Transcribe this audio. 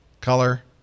Color